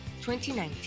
2019